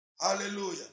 Hallelujah